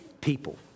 people